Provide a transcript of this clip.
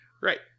right